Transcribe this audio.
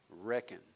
Reckon